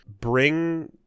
bring